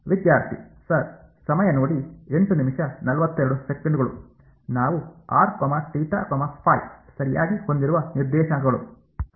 ವಿದ್ಯಾರ್ಥಿ ಸರ್ ನಾವು ಸರಿಯಾಗಿ ಹೊಂದಿರುವ ನಿರ್ದೇಶಾಂಕಗಳು